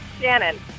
Shannon